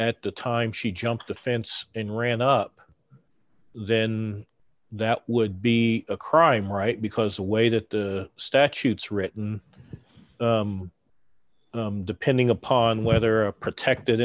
at the time she jumped the fence and ran up then that would be a crime right because the way that the statutes written depending upon whether a protected